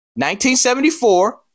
1974